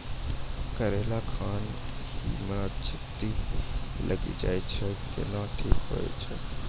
करेला खान ही मे चित्ती लागी जाए छै केहनो ठीक हो छ?